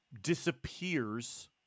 disappears